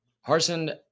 Harson